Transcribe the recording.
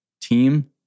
team